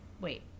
Wait